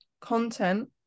content